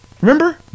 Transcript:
Remember